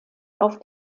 auf